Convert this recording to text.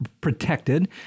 protected